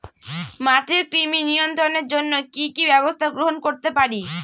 মাটির কৃমি নিয়ন্ত্রণের জন্য কি কি ব্যবস্থা গ্রহণ করতে পারি?